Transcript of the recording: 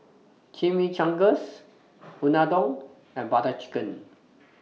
Chimichangas Unadon and Butter Chicken